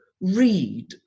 read